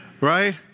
right